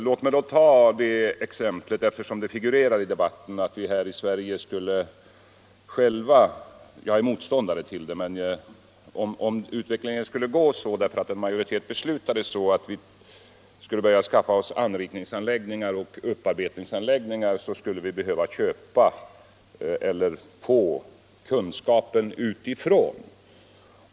Låt mig då ta det exemplet, eftersom det har figurerat i debatten, att om vi här i Sverige skulle behöva skaffa oss anriknings och upparbetningsanläggningar — jag är motståndare till det, men om utvecklingen skulle bli sådan därför att en majoritet beslutar det — så måste vi skaffa oss kunskaperna därom utifrån.